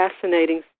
fascinating